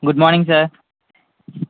good morning sir